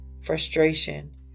frustration